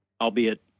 albeit